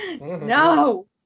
No